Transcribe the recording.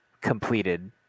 completed